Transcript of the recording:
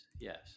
yes